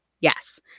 Yes